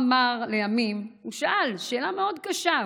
לימים הוא שאל שאלה מאוד קשה,